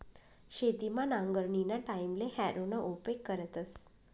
शेतमा नांगरणीना टाईमले हॅरोना उपेग करतस